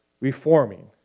reforming